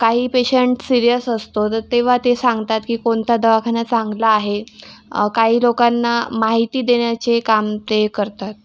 काही patient serious असतो तर तेव्हा ते सांगतात की कोणता दवाखाना चांगला आहे काही लोकांना माहिती देण्याचे काम ते करतात